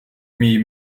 мій